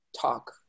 talk